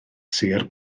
sir